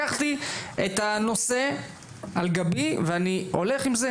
לקחתי את הנושא על גבי ואני הולך עם זה,